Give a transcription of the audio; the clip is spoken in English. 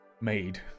made